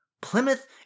Plymouth